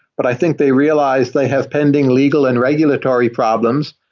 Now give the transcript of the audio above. but i think they realize they have pending legal and regulatory problems.